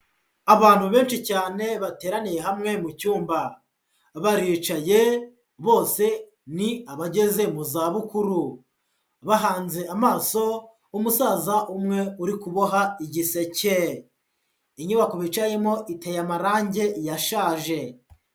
Abantu benshi cyane bateraniye hamwe mu cyumba, baricaye bose ni abageze mu zabukuru, bahanze amaso umusaza umwe uri kuboha igiseke, inyubako bicayemo iteye amarangi yashaje.